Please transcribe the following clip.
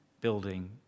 building